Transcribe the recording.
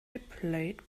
played